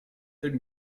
telle